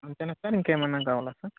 అంతేనా సార్ ఇంకేమైనా కావాలా సార్